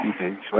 Okay